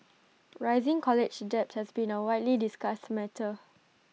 rising college debt has been A widely discussed matter